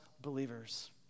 believers